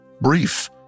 brief